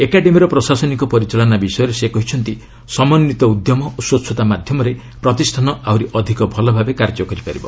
ଏକାଡେମିର ପ୍ରଶାସନିକ ପରିଚାଳନା ବିଷୟରେ ସେ କହିଛନ୍ତି ସମନ୍ଧିତ ଉଦ୍ୟମ ଓ ସ୍ପଚ୍ଛତା ମାଧ୍ୟମରେ ପ୍ରତିଷ୍ଠାନ ଆହୁରି ଅଧିକ ଭଲ ଭାବେ କାର୍ଯ୍ୟ କରିପାରିବ